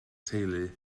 teulu